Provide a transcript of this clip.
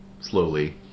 slowly